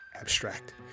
abstract